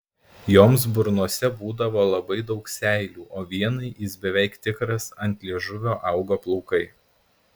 joms burnose būdavo labai daug seilių o vienai jis beveik tikras ant liežuvio augo plaukai